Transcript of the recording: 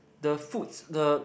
the foods the